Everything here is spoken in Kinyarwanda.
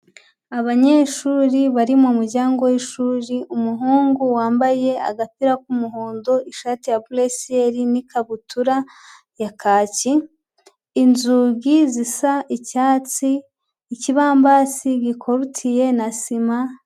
Abanyeshuri bari mu muryango w'ishuri, umuhungu wambaye agapira k'umuhondo, ishati ya buresiyeri n'ikabutura ya kaki, inzugi zisa icyatsi, ikibambasi gikorutiye na sima.